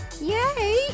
Yay